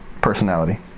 Personality